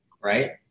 right